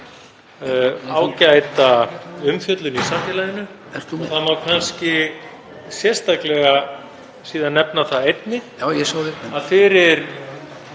ágæta umfjöllun í samfélaginu. Það má kannski sérstaklega nefna það einnig að fyrir